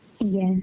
yes